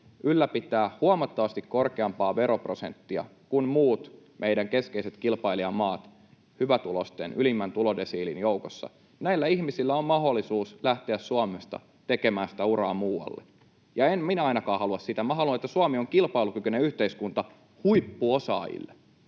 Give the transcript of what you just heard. ylläpitää huomattavasti korkeampaa veroprosenttia kuin muut meidän keskeiset kilpailijamaamme hyvätuloisten, ylimmän tulodesiilin joukossa, näillä ihmisillä on mahdollisuus lähteä Suomesta tekemään uraa muualle. Ja en minä ainakaan halua sitä. Minä haluan, että Suomi on kilpailukykyinen yhteiskunta huippuosaajille